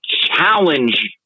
challenge